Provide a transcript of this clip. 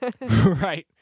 right